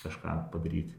kažką padaryt